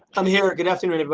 i'm here. good afternoon.